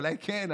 אולי כן,